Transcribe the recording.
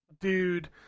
Dude